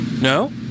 No